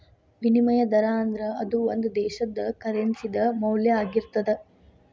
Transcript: ವಿನಿಮಯ ದರಾ ಅಂದ್ರ ಅದು ಒಂದು ದೇಶದ್ದ ಕರೆನ್ಸಿ ದ ಮೌಲ್ಯ ಆಗಿರ್ತದ